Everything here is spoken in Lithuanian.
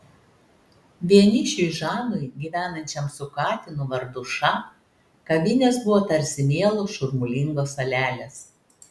vienišiui žanui gyvenančiam su katinu vardu ša kavinės buvo tarsi mielos šurmulingos salelės